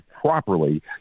properly